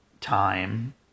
time